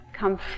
Come